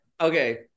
okay